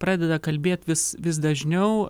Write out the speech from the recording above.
pradeda kalbėt vis vis dažniau